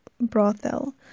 Brothel